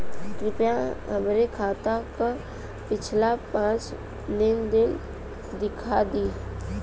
कृपया हमरे खाता क पिछला पांच लेन देन दिखा दी